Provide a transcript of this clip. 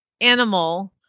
animal